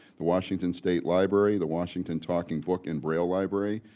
the washington state library, the washington talking book and braille library,